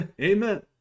Amen